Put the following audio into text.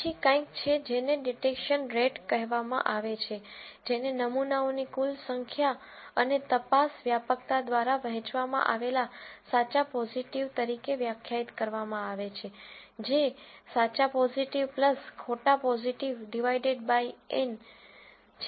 પછી કંઈક છે જેને ડિટેક્શન રેટ કહેવામાં આવે છે જેને નમૂનાઓની કુલ સંખ્યા અને તપાસ વ્યાપકતા દ્વારા વહેંચવામાં આવેલા સાચા પોઝીટિવ તરીકે વ્યાખ્યાયિત કરવામાં આવે છે જે સાચા પોઝીટિવ ખોટા પોઝીટિવ ડીવાયડેડ બાય N છે